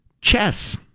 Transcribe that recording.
Chess